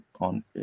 on